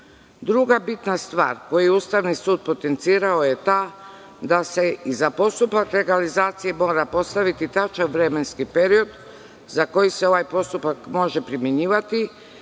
bitna stvar koju je Ustavni sud potencirao je da se i za postupak legalizacije mora postaviti tačan vremenski period za koji se ovaj postupak može primenjivati,